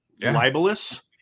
libelous